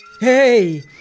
Hey